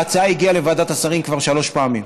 ההצעה הגיעה לוועדת השרים כבר שלוש פעמים.